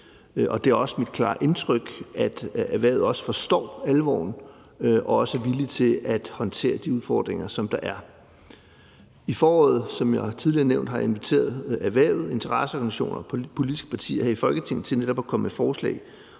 og det er også mit klare indtryk, at erhvervet forstår alvoren og også er villig til at håndtere de udfordringer, som der er. I foråret, som jeg tidligere har nævnt, har jeg inviteret erhvervet, interesseorganisationer og politiske partier her i Folketinget til netop at komme med forslag,